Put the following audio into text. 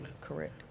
Correct